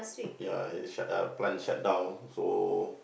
ya eh shut uh plant shut down so